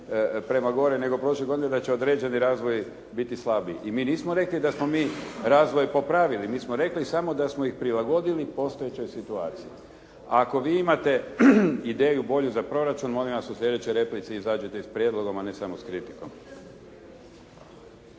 prema gore nego prošle godine da će određeni razvoji biti slabiji. I mi nismo rekli da smo mi razvoj popravili. Mi smo rekli samo da smo ih prilagodili postojećoj situaciji. Ako vi imate ideju bolju za proračun molim vas u slijedećoj replici izađite i s prijedlogom a ne samo s kritikom.